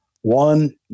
one